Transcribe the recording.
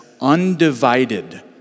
undivided